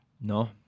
No